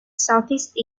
southeast